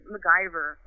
MacGyver